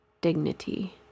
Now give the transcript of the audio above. dignity